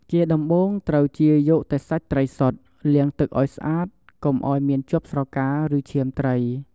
ជាដំបូង ត្រូវចៀរយកតែសាច់ត្រីសុទ្ធ លាងទឹកឱ្យស្អាត កុំឱ្យមានជាប់ស្រកា ឬឈាមត្រី។